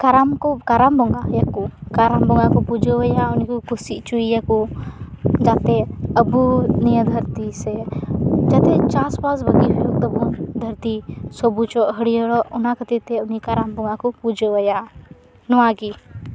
ᱠᱟᱨᱟᱢ ᱠᱚ ᱠᱟᱨᱟᱢ ᱵᱚᱸᱜᱟᱣᱟᱭᱟ ᱠᱚ ᱠᱟᱨᱟᱢ ᱵᱚᱸᱜᱟ ᱠᱚ ᱯᱩᱡᱟᱹᱣᱟᱭᱟ ᱩᱱᱤ ᱠᱚ ᱠᱩᱥᱤ ᱦᱚᱪᱚᱭᱮᱭᱟ ᱠᱚ ᱡᱟᱛᱮ ᱟᱵᱚ ᱱᱤᱭᱟᱹ ᱫᱷᱟᱹᱨᱛᱤ ᱥᱮ ᱡᱟᱛᱮ ᱪᱟᱥ ᱵᱟᱥ ᱵᱷᱟᱜᱮ ᱦᱩᱭᱩᱜ ᱛᱟᱵᱚᱱ ᱫᱷᱟᱹᱨᱛᱤ ᱥᱚᱵᱩᱡᱚᱜ ᱦᱟᱹᱨᱭᱟᱹᱲᱚᱜ ᱚᱱᱟ ᱠᱷᱟᱹᱛᱤᱨ ᱛᱮ ᱩᱱᱤ ᱠᱟᱨᱟᱢ ᱵᱚᱸᱜᱟ ᱠᱚ ᱯᱩᱡᱟᱹᱣᱟᱭᱟ ᱱᱚᱣᱟ ᱜᱮ